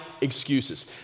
excuses